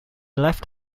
left